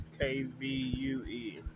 KVUE